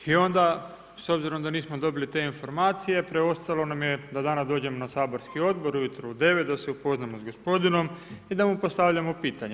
I onda s obzirom da nismo dobili te informacije, preostalo nam je da danas dođemo na saborski odbor ujutro u 9, da se upoznamo s gospodinom i da mu postavljamo pitanja.